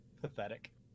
Pathetic